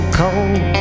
cold